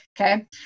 Okay